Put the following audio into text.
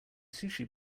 sushi